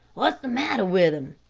what's the matter with him?